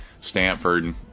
Stanford